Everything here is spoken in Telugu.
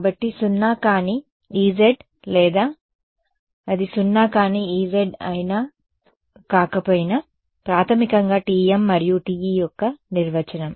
కాబట్టి సున్నా కాని E z లేదా అది సున్నా కాని Ez అయినా కాకపోయినా ప్రాథమికంగా TM మరియు TE యొక్క నిర్వచనం